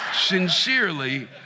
Sincerely